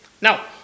Now